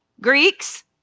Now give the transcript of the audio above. Greeks